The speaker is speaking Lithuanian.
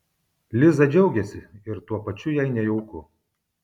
liza džiaugiasi ir tuo pačiu jai nejauku